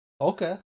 Okay